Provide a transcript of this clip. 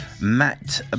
Matt